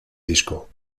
disco